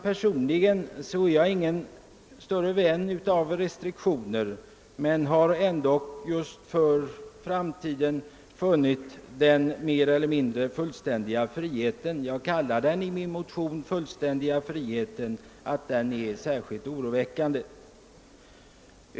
Personligen är jag ingen vän av restriktioner, men den mer eller mindre fullständiga friheten på detta område i framtiden — i motionen kallar jag den för fullständig frihet — finner jag mycket oroande.